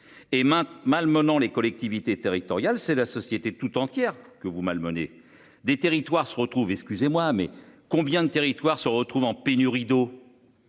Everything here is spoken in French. malmenant les collectivités territoriales. C'est la société toute entière que vous malmener des territoires se retrouve, excusez-moi, mais combien de territoire se retrouve en pénurie d'eau.